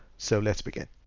so let's begin.